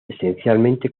esencialmente